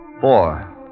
Four